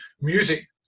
music –